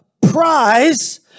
prize